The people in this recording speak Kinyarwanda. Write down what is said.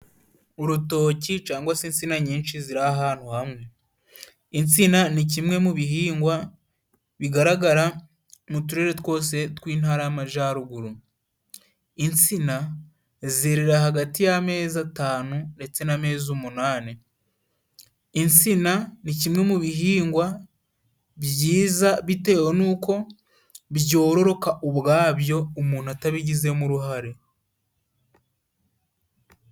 Urutoki cangwa se insina nyinshi ziri ahantu hamwe. Insina ni kimwe mu bihingwa bigaragara mu turere twose tw'intara y'amajaruguru, insina zerera hagati y'amezi atanu ndetse n'amezi umunani, insina ni kimwe mu bihingwa byiza, bitewe nuko byororoka ubwabyo umuntu atabigizemo uruhare.